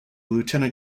lieutenant